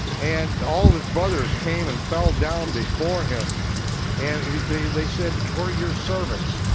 and all of his brothers came and fell down before him and they they said, we're your servants,